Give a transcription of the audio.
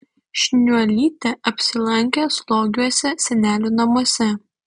šniuolytė apsilankė slogiuose senelių namuose